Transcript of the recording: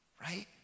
Right